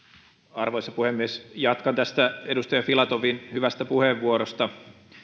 arvoisa puhemies jatkan tästä edustaja filatovin hyvästä puheenvuorosta